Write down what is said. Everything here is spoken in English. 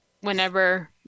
whenever